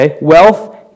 Wealth